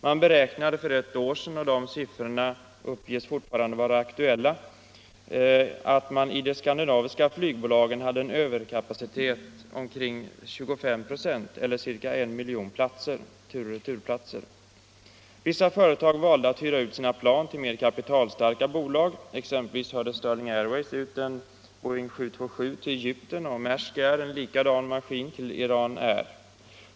Man beräknade för ett år sedan — och de siffrorna uppges fortfarande vara aktuella — att de skandinaviska flygbolagen hade en överkapacitet på 25 96 eller ca 1 miljon turoch returplatser. Vissa företag valde att hyra ut sina plan till mer kapitalstarka bolag. Exempelvis hyrde Sterling Airways ut en Boeing 727 till Egypten och Maersk Air en likadan maskin till Iran Air.